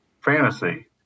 Fantasy